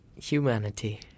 Humanity